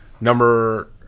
Number